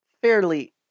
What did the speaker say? fairly